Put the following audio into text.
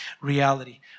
reality